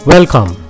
Welcome